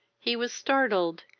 he was startled,